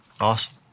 awesome